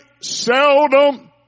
seldom